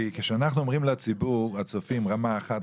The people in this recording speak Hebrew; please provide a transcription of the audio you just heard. כי כשאנחנו אומרים לציבור הצופים רמה 1,